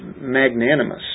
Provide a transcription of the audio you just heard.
magnanimous